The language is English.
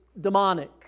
demonic